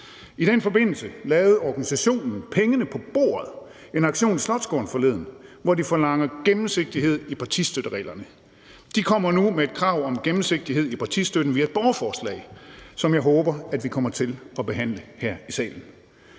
I den forbindelse lavede folkene bag kampagnen »Pengene på bordet« en aktion i den indre slotsgård forleden, hvor de forlangte gennemsigtighed i partistøttereglerne. De kommer nu med et krav om gennemsigtighed i partistøtten via et borgerforslag, som jeg håber vi kommer til at behandle her i salen.